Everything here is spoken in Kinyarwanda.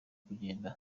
kugenda